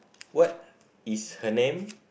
what is her name